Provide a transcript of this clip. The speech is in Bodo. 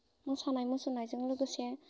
मोसानाय मुसुरनायजों लोगोसे